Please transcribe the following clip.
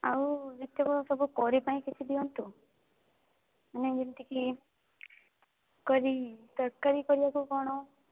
ଆଉ ଯେତିକି ସବୁ କରି ପାଇଁ କିଛି ଦିଅନ୍ତୁ ମାନେ ଯେମିତିକି କରି ତରକାରୀ କରିବାକୁ କ'ଣ